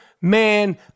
man